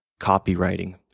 copywriting